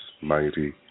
Mighty